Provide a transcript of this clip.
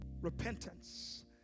Repentance